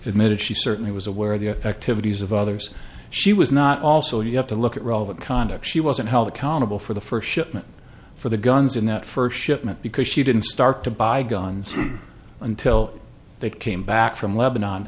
admitted she certainly was aware of the activities of others she was not also you have to look at relevant conduct she wasn't held accountable for the first shipment for the guns in that first shipment because she didn't start to buy guns until they came back from lebanon